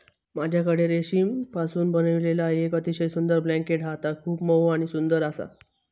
माझ्याकडे रेशीमपासून बनविलेला येक अतिशय सुंदर ब्लँकेट हा ता खूप मऊ आणि सुंदर आसा